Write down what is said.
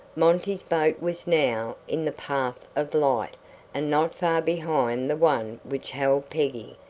monty's boat was now in the path of light and not far behind the one which held peggy.